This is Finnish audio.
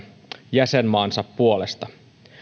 jäsenmaansa puolesta